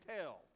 tell